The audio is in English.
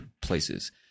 places